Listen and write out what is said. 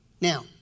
Now